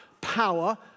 power